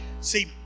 see